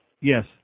Yes